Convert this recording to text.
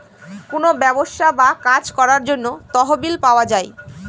কোনো ব্যবসা বা কাজ করার জন্য তহবিল পাওয়া যায়